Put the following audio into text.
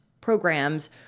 programs